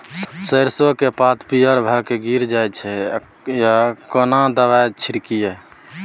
सरसो के पात पीयर भ के गीरल जाय छै यो केना दवाई के छिड़कीयई?